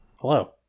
Hello